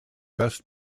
best